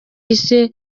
yise